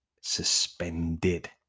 suspended